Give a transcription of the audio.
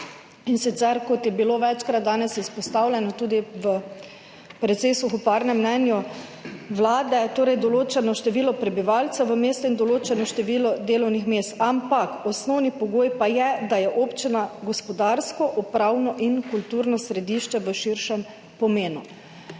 in sicer, kot je bilo večkrat danes izpostavljeno, tudi v precej suhoparnem mnenju Vlade, določeno število prebivalcev v mestu in določeno število delovnih mest, ampak osnovni pogoj pa je, da je občina gospodarsko, upravno in kulturno središče v širšem pomenu.